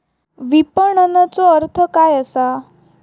विपणनचो अर्थ काय असा?